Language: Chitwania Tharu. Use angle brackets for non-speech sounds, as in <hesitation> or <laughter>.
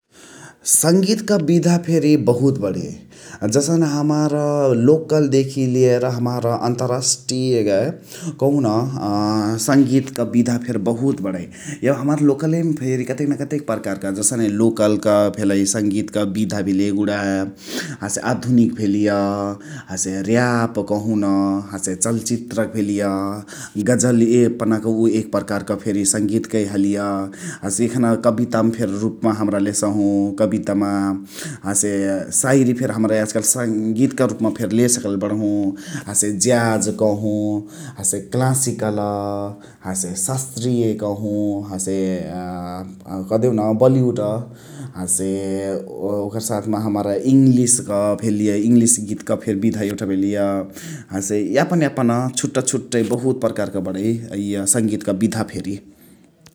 संगीता क बिधा फेरी बहुत बणै जसने हमार लोकल देखी लियार हमार अन्तरास्टीय कहुन अ संगीत क बिधा फेरी बहुत बणै । एब हमार लोकले मा फेरी कतेन कतेक पर्कारक जसने लोकलक भेलइ संगीत बिधा भेलिय एगुणा । हसे आधुनिक भेलिय हसे र्‍याप कहुन, हसे चलचित्र भेलिय । गजल एपनके उ एक पर्कारक फेरी संगीत कै हलिय । हसे एखन कबिताम फेरी रुपमा हमरा लेसहु कबितामा । हसे साइरी फेरी हमरा याज कालु संगीताक रुपमा फेरी ले सकले बणहु । हसे ज्याज कहु, हसे क्लासिकल हसे ससृय कहु । हसे <hesitation> कदेउन बलिवुड । हसे ओकर साथमा हमरा इङ्लिश क भेलिय इङ्लिश गितक फेरी बिधा <noise> एउठा भेलिय । हसे यापन यापन छुट्ट छुट्टै बहुत पर्कारक बणै इअ संगीताक बिधा फेरी